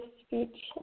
speech